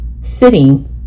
sitting